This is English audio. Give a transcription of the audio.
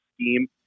scheme